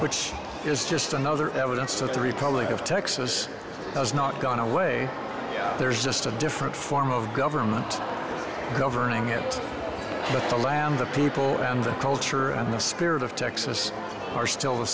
which is just another evidence that the republic of texas has not gone away there's just a different form of government covering it but the land the people and the culture and the spirit of texas are still the